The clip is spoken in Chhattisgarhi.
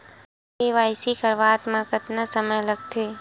के.वाई.सी करवात म कतका समय लगथे?